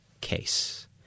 case